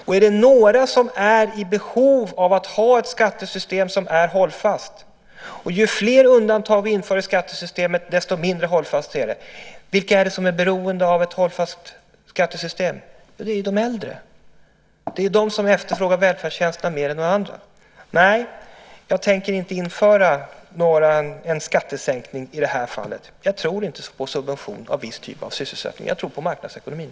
Och är det några som är beroende av ett hållfast skattesystem - ju fler undantag vi inför i skattesystemet, desto mindre hållfast blir det - så är det de äldre. Det är de som efterfrågar välfärdstjänsterna mer än några andra. Nej, jag tänker inte införa en skattesänkning i det här fallet. Jag tror inte på subvention av viss typ av sysselsättning. Jag tror på marknadsekonomin.